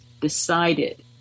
decided